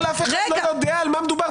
טלי אבל אף אחד לא יודע על מה מדובר,